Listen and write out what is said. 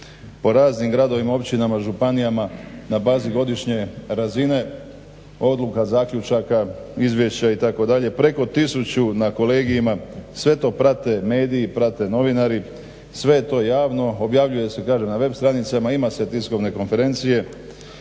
o raznim gradovima, općinama, županijama na bazi godišnje razine, odluka, zaključaka, izvješća itd., preko tisuću na kolegijima, sve to prate mediji, prate novinari, sve je to javno, objavljuje se kažem na web stranicama, ima se tiskovne konferencije